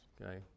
okay